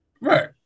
Right